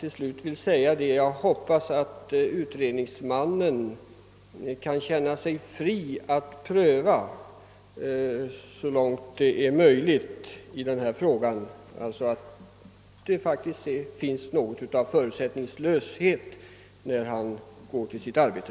Till slut vill jag säga att jag hoppas att utredningsmannen skall känna sig fri att pröva den här frågan så långt det är möjligt, d.v.s. att det faktiskt blir något av förutsättningslöshet, när han går till sitt arbete.